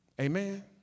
Amen